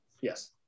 yes